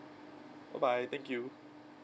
bye bye thank you